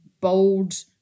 bold